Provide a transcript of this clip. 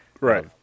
Right